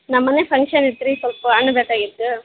ನಮ್ಮ ಮನೆ ಫಂಕ್ಷನ್ ಇತ್ತು ರೀ ಸ್ವಲ್ಪ ಹಣ್ಣ್ ಬೇಕಾಗಿತ್ತು